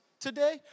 today